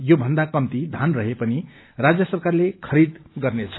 यो भन्दा कम्ती धाना रहे पनि राज्य सरकारले खरीदने छ